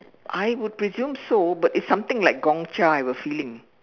I would presume so but it's something like Gong Cha I have a feeling